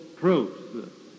truth